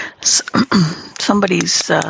somebody's